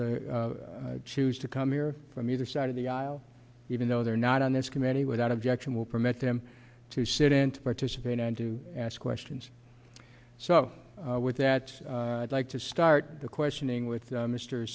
the choose to come here from either side of the aisle even though they're not on this committee without objection will permit them to sit in to participate and to ask questions so with that i'd like to start the questioning with mr